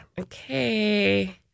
Okay